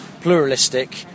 pluralistic